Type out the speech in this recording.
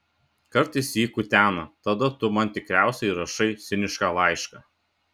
kartais jį kutena tada tu man tikriausiai rašai cinišką laišką